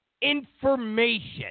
information